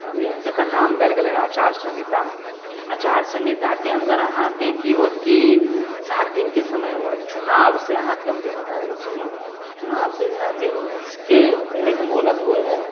समझलीयै जकर नाम देल गेलै हन अचारसंहिता अचारसंहिताके अन्दर अहाँके की होयत की सात दिनके समय होयत चुनाव से अहाँके हम जे बता दै छी चुनाव से सात दिनके पहिले के मोहलत होइ हइ